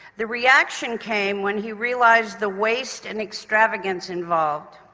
the reaction came when he realised the waste and extravagance involved.